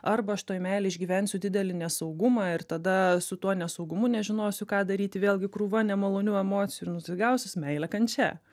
arba aš toj meilėj išgyvensiu didelį nesaugumą ir tada su tuo nesaugumu nežinosiu ką daryti vėlgi krūva nemalonių emocijų ir nu gausis meilė kančia